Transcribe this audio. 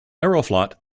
aeroflot